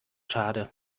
schade